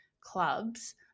clubs